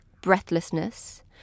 breathlessness